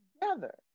together